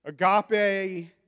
Agape